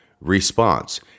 response